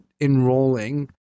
enrolling